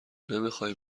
نمیخوای